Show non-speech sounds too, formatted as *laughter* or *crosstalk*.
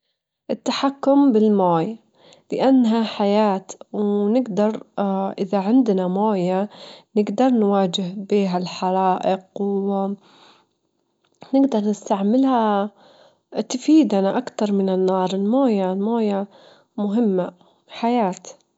عشان تحظرين كوب قهوة، تحطين الموية في الغلاية وتخلينها تغلي، بعدبن تحطين ملعجة البن المطحون في الفنجال، *hesitation* وتصبين الماي المغلي فوق البن، وتخلينه ينجع لدجيجة وبعدين تجدرين تشربينه.